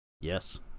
Yes